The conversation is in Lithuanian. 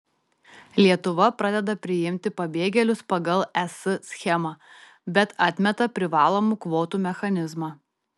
lietuva pradeda priimti pabėgėlius pagal es schemą bet atmeta privalomų kvotų mechanizmą